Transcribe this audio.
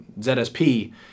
ZSP